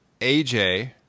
AJ